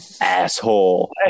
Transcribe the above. asshole